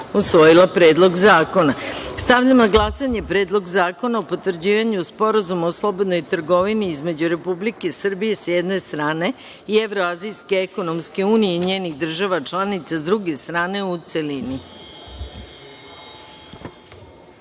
usvojila Predlog zakona. Stavljam na glasanje Predloga zakona o potvrđivanju Sporazuma o slobodnoj trgovini između Republike Srbije, s jedne strane i Evroazijske ekonomske unije i njenih država članica, s druge strane, u